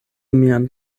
mian